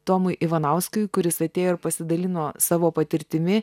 tomui ivanauskui kuris atėjo ir pasidalino savo patirtimi